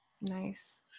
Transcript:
Nice